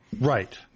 right